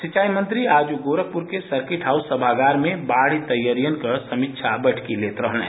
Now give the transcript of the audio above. सिंचाई मंत्री आज गोरखपुर के सर्किट हाउस समागार में बाढ़ तैयारियों की समीक्षा बैठक ले रहे थे